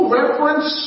reference